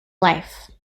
life